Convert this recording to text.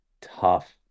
tough